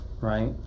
Right